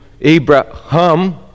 Abraham